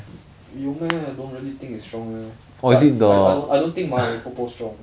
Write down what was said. mm 有 meh I don't really think it's strong leh like I I don't I don't think my bobo strong